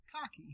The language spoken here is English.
cocky